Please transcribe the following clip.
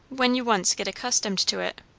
when you once get accustomed to it.